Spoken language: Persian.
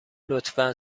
لطفا